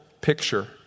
picture